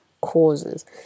causes